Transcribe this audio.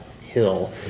hill